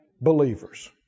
believers